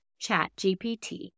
ChatGPT